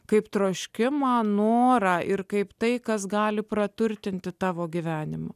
kaip troškimą norą ir kaip tai kas gali praturtinti tavo gyvenimą